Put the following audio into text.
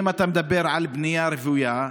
אם אתה מדבר על בנייה רוויה,